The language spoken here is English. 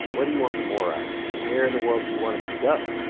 what do you want more of? where in the world do you want us to go?